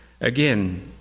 again